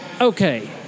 Okay